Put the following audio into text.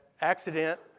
accident